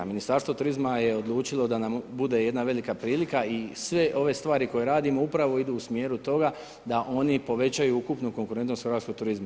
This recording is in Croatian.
Ministarstvo turizma je odlučilo da nam bude jedna velika prilika i sve ove stvari koje radimo upravo idu u smjeru toga da oni povećaju ukupnu konkurentnost hrvatskog turizma.